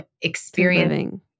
experiencing